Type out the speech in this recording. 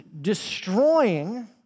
destroying